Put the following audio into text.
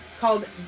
called